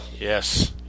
Yes